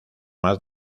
más